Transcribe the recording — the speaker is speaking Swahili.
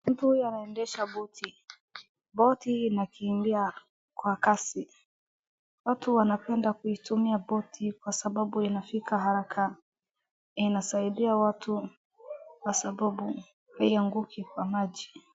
Mtu huyu anaendesha boti . Boti inakimbia kwa kasi. Watu wanapenda kuitumia boti kwa sababu inafika haraka, inasaidia watu kwa sababu haianguki kwa maji.